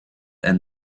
and